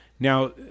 Now